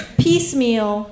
piecemeal